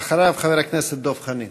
אחריו, חבר הכנסת דב חנין.